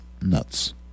nuts